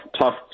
tough